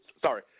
sorry